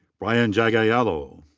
bryan jagielo.